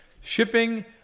shipping